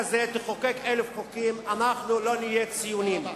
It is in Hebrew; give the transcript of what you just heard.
תחוקק 1,000 חוקים כאלה, אנחנו לא נהיה ציונים.